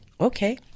okay